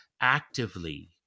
actively